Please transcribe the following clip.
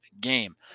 game